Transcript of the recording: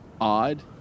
odd